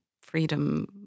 freedom